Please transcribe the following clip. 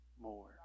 more